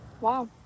Wow